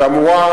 שאמורה,